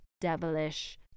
devilish